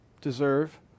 deserve